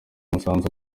musanzu